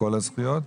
כל הזכויות.